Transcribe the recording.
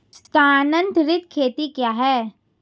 स्थानांतरित खेती क्या है?